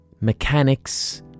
Mechanics